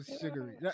sugary